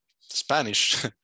Spanish